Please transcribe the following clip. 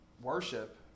worship